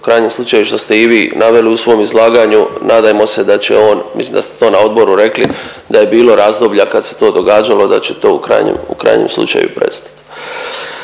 u krajnjem slučaju što ste i vi naveli u svom izlaganju nadajmo se da će on, mislim da ste to na odboru rekli, da je bilo razdoblja kad se to događalo da će to u krajnjem, u krajnjem